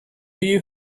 you